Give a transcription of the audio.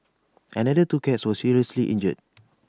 another two cats were seriously injured